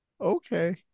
okay